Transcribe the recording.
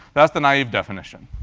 that's the naive definition.